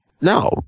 no